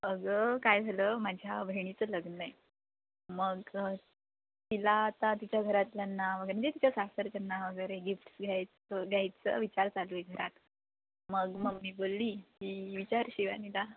अगं काय झालं माझ्या बहिणीचं लग्न आहे मग तिला आता तिच्या घरातल्यांना वगैरे म्हणजे तिच्या सासरच्यांना वगैरे गिफ्ट्स घ्यायचं घ्यायचं विचार चालू आहे घरात मग मम्मी बोलली की विचार शिवानीला